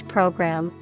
Program